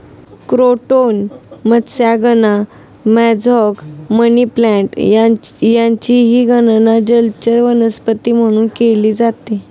croton मत्स्यांगना, mosaic, money plant यांचीही गणना जलचर वनस्पती म्हणून केली जाते